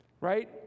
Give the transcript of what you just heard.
right